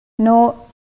No